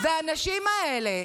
והאנשים האלה,